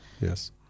Yes